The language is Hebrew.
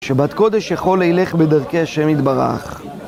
שבת קודש יכול לילך בדרכי ה' יתברך.